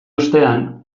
ostean